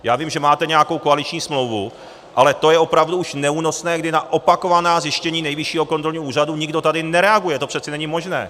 Já vím, že máte nějakou koaliční smlouvu, ale to je už opravdu neúnosné, kdy na opakovaná zjištění Nejvyššího kontrolního úřadu tady nikdo nereaguje, to přece není možné.